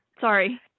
Sorry